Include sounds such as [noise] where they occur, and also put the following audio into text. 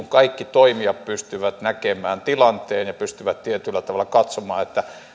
[unintelligible] kaikki toimijat pystyvät näkemään tilanteen ja pystyvät tietyllä tavalla katsomaan